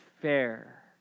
fair